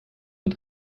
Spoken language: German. und